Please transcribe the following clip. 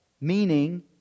meaning